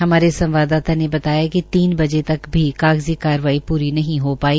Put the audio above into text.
हमारे संवाददाता ने बताया कि तीन बजे तक कागज़ी कार्रवाई प्री नहीं जो पाई